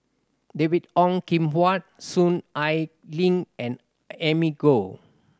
David Ong Kim Huat Soon Ai Ling and Amy Khor